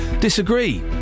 disagree